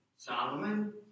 Solomon